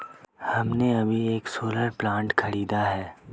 हमने अभी एक सोलर प्लांट खरीदा है